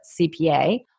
CPA